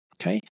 Okay